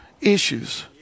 issues